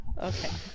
Okay